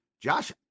Josh